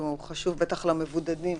שאלות חשובות, בטח למבודדים.